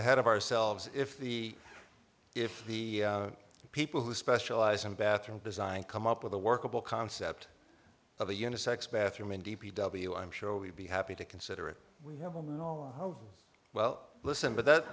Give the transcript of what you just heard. ahead of ourselves if the if the people who specialize in bathroom design come up with a workable concept of a unisex bathroom and d p w i'm sure we'd be happy to consider it we have them on how well listen but that